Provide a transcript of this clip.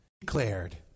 Declared